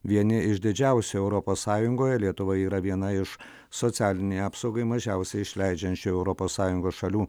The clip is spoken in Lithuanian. vieni iš didžiausių europos sąjungoje lietuva yra viena iš socialinei apsaugai mažiausiai išleidžiančių europos sąjungos šalių